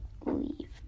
leave